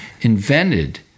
invented